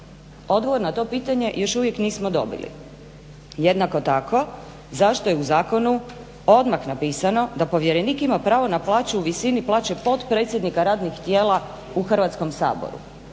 Odgovor na to pitanje još uvijek nismo dobili. Jednako tako, zašto je u zakonu odmah napisano da povjerenik ima pravo na plaću u visini plaće potpredsjednika radnih tijela u Hrvatskom saboru.